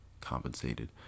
compensated